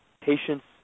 patients